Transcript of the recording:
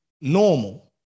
normal